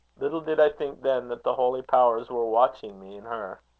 little did i think then that the holy powers were watching me in her.